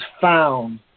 found